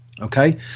Okay